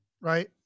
right